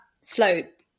slope